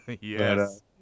Yes